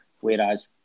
Whereas